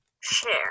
Share